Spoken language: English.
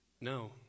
No